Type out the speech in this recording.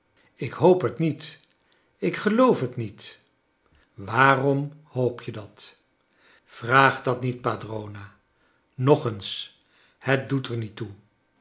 ik hoop het niet ik geloof het niet waarom hoop je dat vraag dat niet padrona nog eens het doet er niet toe